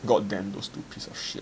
so god damn those two piece of shit